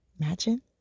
Imagine